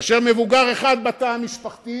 כאשר מבוגר אחד בתא המשפחתי